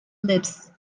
lips